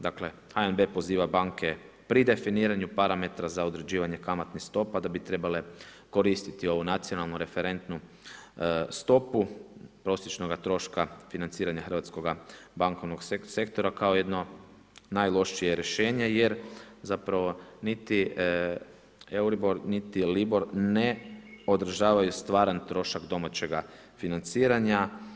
Dakle, HNB poziva banke pri definiranju parametara za određivanje kamatnih stopa da bi trebale koristiti ovu NRS, prosječnoga troška financiranja hrvatskog bankovnog sektora kao jedno najlošije rješenje jer zapravo niti EURIBOR niti Libor ne održavaju stvaran trošak domaćeg financiranja.